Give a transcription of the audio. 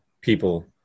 people